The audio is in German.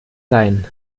sein